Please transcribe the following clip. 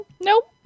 Nope